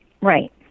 Right